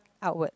outward